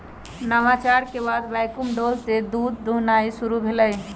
नवाचार के बाद वैक्यूम डोल से दूध दुहनाई शुरु भेलइ